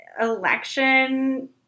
election